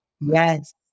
Yes